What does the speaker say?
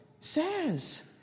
says